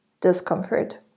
discomfort